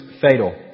fatal